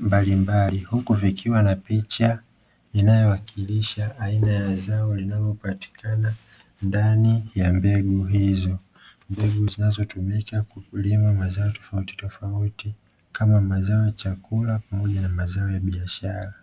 mbalimbali huku vikiwa na picha inayowakilisha aina ya zao linalo patikana ndani ya mbegu hizo, mbegu zinazotumika kulima mazao tofauti tofauti kama mazao ya chakula pamoja na mazao ya biashara.